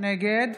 נגד